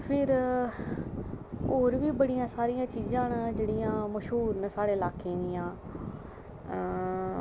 फिर होर बी बड़ियां सारियां चीज़ां न जेह्ड़ियां मशहूर न साढ़े लाकै दियां